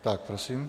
Tak prosím.